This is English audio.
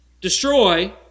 destroy